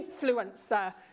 influencer